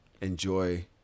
enjoy